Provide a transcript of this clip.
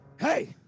hey